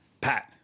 Pat